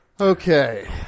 Okay